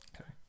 Okay